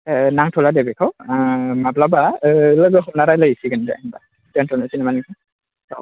नांथ'ला दे बेखौ माब्लाबा लोगो हमना रायलायहैसिगोन दे होनबा दोनथ'नोसै नामा नोंथां औ